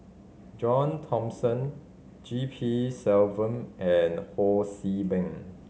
John Thomson G P Selvam and Ho See Beng